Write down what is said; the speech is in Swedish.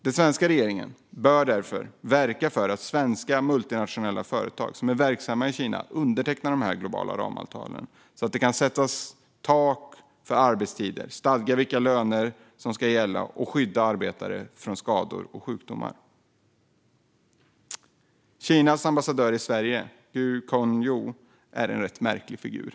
Den svenska regeringen bör verka för att svenska multinationella företag som är verksamma i Kina undertecknar dessa globala ramavtal, så att det går att sätta tak för arbetstider och stadga vilka löner som ska gälla samt skydda arbetare från skador och sjukdomar. Kinas ambassadör i Sverige, Gui Congyo, är en rätt märklig figur.